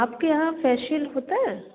आपके यहाँ फैशियल होता है